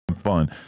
fun